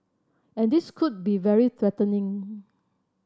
and this could be very